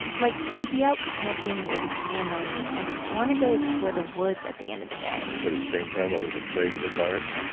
like, he'd be out camping with his family and want to go explore the woods at the end of the day but at the same time, i was afraid of the dark